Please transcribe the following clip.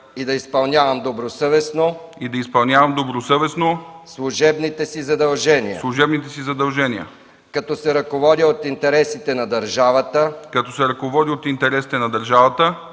и да изпълнявам добросъвестно служебните си задължения като се ръководя от интересите на държавата